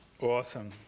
Awesome